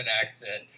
accent